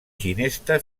ginesta